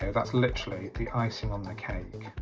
that's literally the icing on the cake